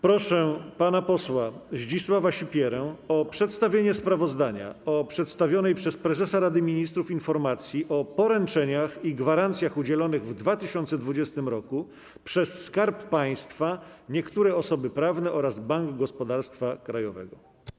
Proszę pana posła Zdzisława Sipierę o przedstawienie sprawozdania o przedstawionej przez prezesa Rady Ministrów „Informacji o poręczeniach i gwarancjach udzielonych w 2020 roku przez Skarb Państwa, niektóre osoby prawne oraz Bank Gospodarstwa Krajowego”